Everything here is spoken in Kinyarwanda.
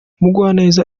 mugwaneza